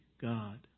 God